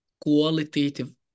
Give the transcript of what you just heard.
qualitative